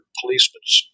policemen's